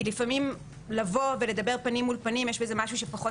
כי לפעמים לדבר פנים אל פנים יש בזה משהו פחות